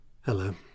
Hello